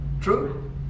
True